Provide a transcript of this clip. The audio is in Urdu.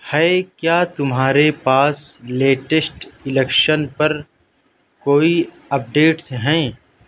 ہے کیا تمہارے پاس لیٹشٹ الیکشن پر کوئی اپڈیٹس ہیں